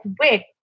wait